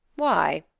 why?